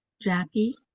Jackie